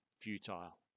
futile